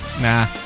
Nah